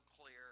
clear